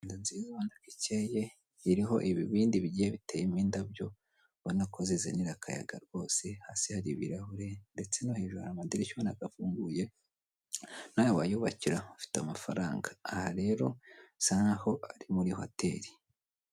Inzu nziza ubona ko ikeye, iriho ibibindi bigiye biteyemo indabyo, ubona ko zizanira akayaga rwose, hasi hari ibirahure ndetse no hejuru hari amadirishya ubona ko afunguye, nawe wayiyubakira ufite amafaranga. Aha rero bisa nk'aho ari muri hoteri.